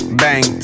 bang